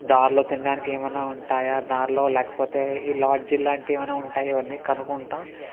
దార్లో తినడానికి ఏమైనా ఉంటాయా దార్లో లేకపోతే ఈ లాడ్జిలు అలాంటివి ఏమైనా ఉంటాయా ఇవన్నీ కనుక్కుంటాం